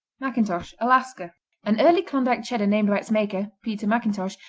mcintosh alaska an early klondike cheddar named by its maker, peter mcintosh,